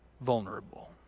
vulnerable